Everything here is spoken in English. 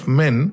men